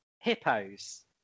hippos